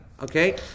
Okay